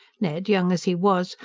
ned, young as he was,